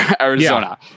Arizona